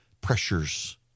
pressures